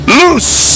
loose